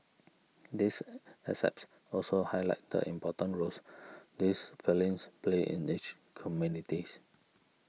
these excerpts also highlight the important roles these felines play in each communities